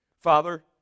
Father